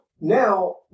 now